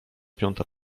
piąta